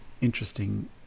interesting